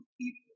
people